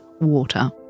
water